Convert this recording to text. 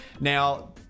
Now